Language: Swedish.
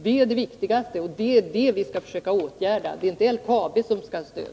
Det är det viktigaste, och det är det som vi skall försöka åtgärda. Det är inte LKAB som skall ha stöd.